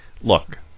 Look